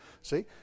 See